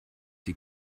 die